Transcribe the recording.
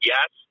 Yes